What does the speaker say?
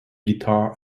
guitar